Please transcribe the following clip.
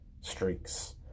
streaks